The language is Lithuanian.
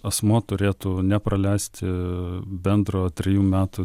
asmuo turėtų nepraleisti bendro trejų metų